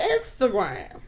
Instagram